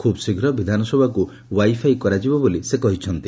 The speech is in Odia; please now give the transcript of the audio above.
ଖୁବ୍ ଶୀଘ୍ ବିଧାନସଭାକୁ ଓ୍ୱାଇଫାଇ କରାଯିବ ବୋଲି ସେ କହିଛନ୍ତି